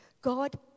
God